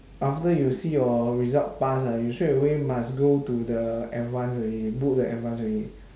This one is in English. after you see your result pass ah you straight away must go to the advance already book the advance already